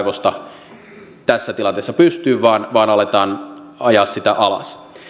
nostaa kaivosta tässä tilanteessa pystyyn vaan vaan aletaan ajaa sitä alas